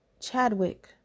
Chadwick